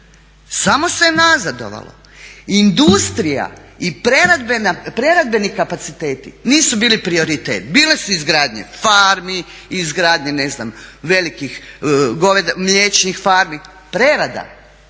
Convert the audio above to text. Samo se nazadovalo. Industrija i preradbeni kapaciteti nisu bili prioritet. Bile su izgradnja farmi, izgradnja ne znam velikih mliječnih farmi. Prerada